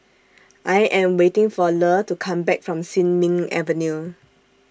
I Am waiting For Le to Come Back from Sin Ming Avenue